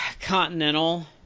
Continental